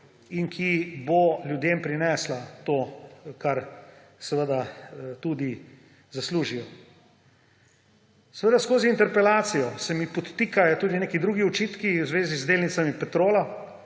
in ki bo ljudem prinesla to, kar seveda tudi zaslužijo. Seveda skozi interpelacijo se mi podtikajo tudi nekateri drugi očitki v zvezi z delnicami Petrola.